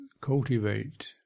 cultivate